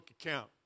account